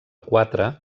quatre